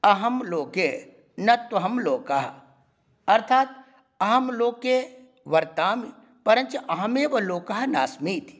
अहं लोके न तु अहं लोकः अर्थात् अहं लोके वर्तां परञ्च अहमेव लोकः नास्मि इति